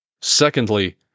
Secondly